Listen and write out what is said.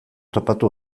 topatu